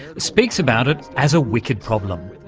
speaks about it as a wicked problem,